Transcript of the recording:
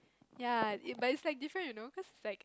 ya it but it's like different you know cause it's like